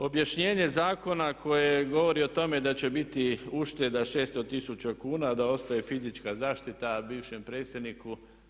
Objašnjenje zakona koje govori o tome da će biti ušteda 600 tisuća kuna, da ostaje fizička zaštita bivšem predsjedniku.